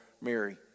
Mary